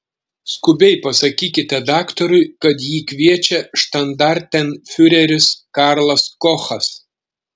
skubiai pasakykite daktarui kad jį kviečia štandartenfiureris karlas kochas